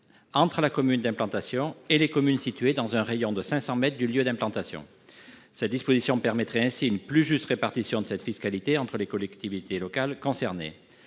entre la commune d'implantation et les communes situées dans un rayon de 500 mètres du lieu d'implantation. Cela permettrait une plus juste répartition entre les collectivités locales concernées.